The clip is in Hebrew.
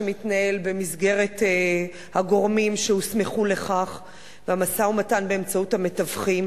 שמתנהל במסגרת הגורמים שהוסמכו לכך והמשא-ומתן באמצעות המתווכים,